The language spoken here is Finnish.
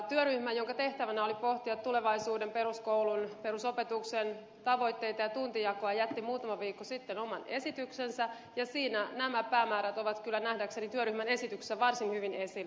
työryhmä jonka tehtävänä oli pohtia tulevaisuuden peruskoulun perusopetuksen tavoitteita ja tuntijakoa jätti muutama viikko sitten oman esityksensä ja nämä päämäärät ovat kyllä nähdäkseni työryhmän esityksessä varsin hyvin esillä